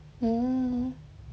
mm